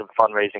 fundraising